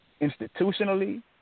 institutionally